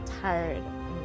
tired